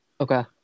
okay